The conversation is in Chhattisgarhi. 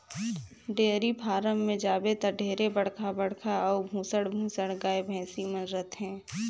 डेयरी फारम में जाबे त ढेरे बड़खा बड़खा अउ भुसंड भुसंड गाय, भइसी मन रथे